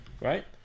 Right